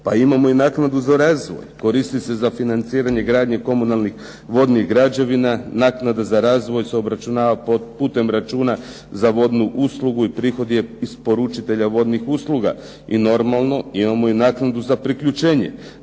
Pa imamo i naknadu za razvoj. Koristi se za financiranje gradnje komunalnih vodnih građevina. Naknada za razvoj se obračunava putem računa za vodnu uslugu i prihoda isporučitelja vodnih usluga. I normalno imamo i naknadu za priključenje.